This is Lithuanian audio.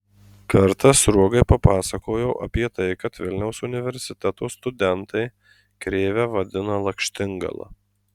kartą sruogai papasakojau apie tai kad vilniaus universiteto studentai krėvę vadina lakštingala